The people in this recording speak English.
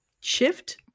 shift